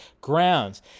grounds